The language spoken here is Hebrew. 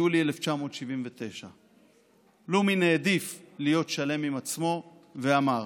ביולי 1979. פלומין העדיף להיות שלם עם עצמו ואמר: